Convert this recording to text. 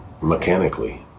mechanically